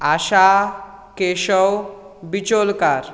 Asha Keshav Bicholkar